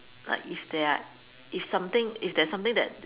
like if there are if something if there's something that